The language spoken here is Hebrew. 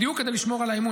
בדיוק כדי לשמור על האמון,